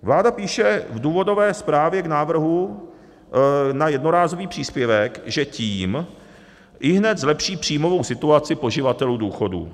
Vláda píše v důvodové zprávě k návrhu na jednorázový příspěvek, že tím ihned zlepší příjmovou situaci poživatelů důchodů.